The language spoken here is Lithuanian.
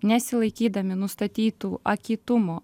nesilaikydami nustatytų akytumo